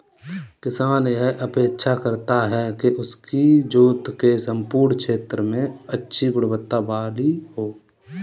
किसान यह अपेक्षा करता है कि उसकी जोत के सम्पूर्ण क्षेत्र में अच्छी गुणवत्ता वाली हो